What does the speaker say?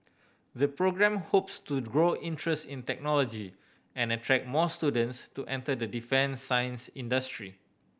the programme hopes to grow interest in technology and attract more students to enter the defence science industry